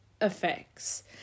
effects